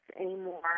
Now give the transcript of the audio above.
anymore